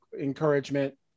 encouragement